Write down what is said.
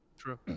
true